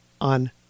on